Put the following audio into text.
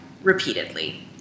repeatedly